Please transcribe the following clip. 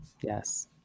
Yes